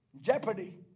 Jeopardy